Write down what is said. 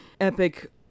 epic